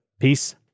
Peace